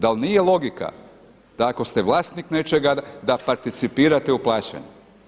Dal' nije logika da ako ste vlasnik nečega da participirate u plaćanju.